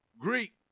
Greek